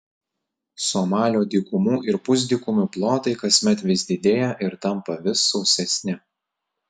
somalio dykumų ir pusdykumių plotai kasmet vis didėja ir tampa vis sausesni